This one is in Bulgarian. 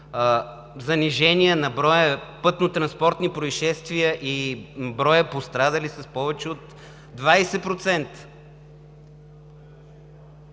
занижения на броя пътнотранспортни произшествия и броя пострадали с повече от 20%?!